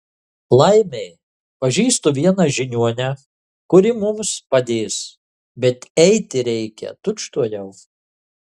laimei pažįstu vieną žiniuonę kuri mums padės bet eiti reikia tučtuojau